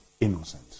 innocent